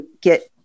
get